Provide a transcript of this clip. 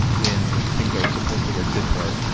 when the things that were supposed to work didn't work,